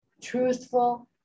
truthful